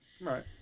Right